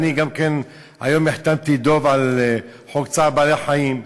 היום החתמתי את דב על חוק צער בעלי-חיים.